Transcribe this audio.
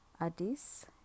Addis